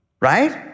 Right